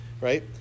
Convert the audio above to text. right